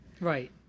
Right